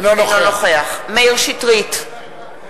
אינו נוכח מאיר שטרית,